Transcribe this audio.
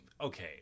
okay